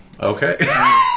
Okay